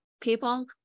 people